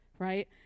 right